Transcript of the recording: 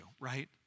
right